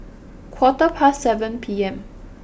quarter past seven P M